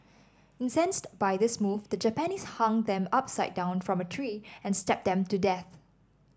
incensed by this move the Japanese hung them upside down from a tree and stabbed them to death